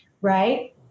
right